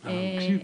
אני מקשיב.